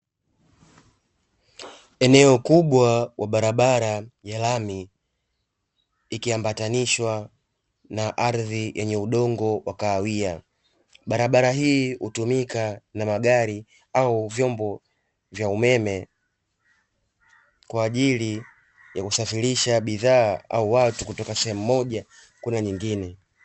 Eneo kubwa la barabara ya lami ikiambatanishwa na ardhi yenye udongo wa kahawia, barabara hii hutumika na magari au vyombo vya umeme kwa ajili ya kusafirisha bidhaa au watu kutoka sehemu moja kwenda nyingine.